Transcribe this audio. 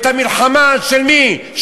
את המלחמה של מי?